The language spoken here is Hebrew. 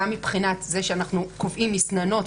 גם מבחינת זה שאנחנו קובעים מסננות,